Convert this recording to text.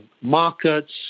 markets